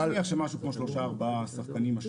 אני מניח שמשהו כמו שלושה-ארבעה שחקנים.